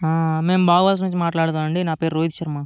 మేము బావోస్ నుండి మాట్లాడుతున్నాం అండి నా పేరు రోహిత్ శర్మ